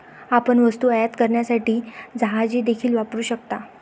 आपण वस्तू आयात करण्यासाठी जहाजे देखील वापरू शकता